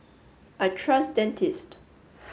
I trust Dentist